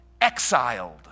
exiled